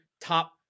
top